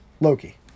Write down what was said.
Loki